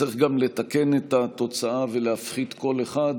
צריך גם לתקן את התוצאה ולהפחית קול אחד,